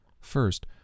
First